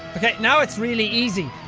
ok, now it's really easy.